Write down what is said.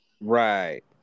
Right